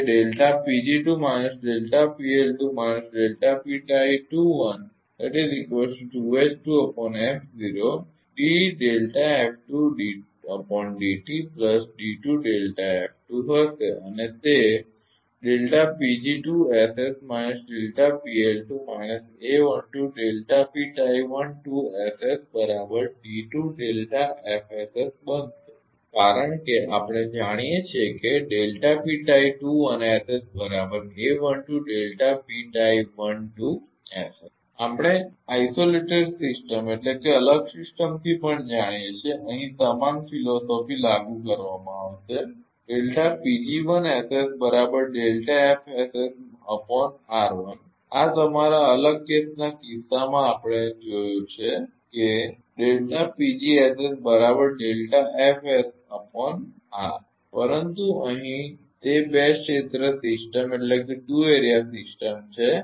તે હશે અને તે બનશે કારણકે આપણે જાણીએ છીએ કે આપણે અલગ સિસ્ટમથી પણ જાણીએ છીએ કે અહીં સમાન ફિલોસોફી લાગુ કરવામાં આવશે આ તમારા અલગ કેસના કિસ્સામાં આપણે જોયું છે કે પરંતુ અહીં તે બે ક્ષેત્ર સિસ્ટમ છે